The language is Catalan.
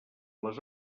les